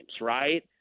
right